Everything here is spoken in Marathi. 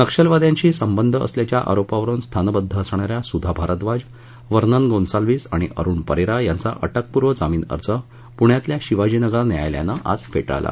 नक्षलवाद्यांशी संबंध असल्याच्या आरोपावरून स्थानबद्ध असणाऱ्या सुधा भारद्वाज वर्नन गोन्सालवीस आणि अरुण परेरा यांचा अटकपूर्व जामीन अर्ज पुण्यातल्या शिवाजीनगर न्यायालयानं आज फेटाळला